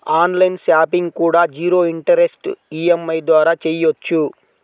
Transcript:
on line shopping కూడా zero interest EMI ద్వారా చెయ్యొచ్చు